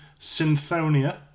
Synthonia